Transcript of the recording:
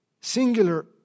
singular